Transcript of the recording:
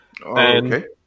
Okay